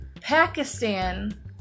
Pakistan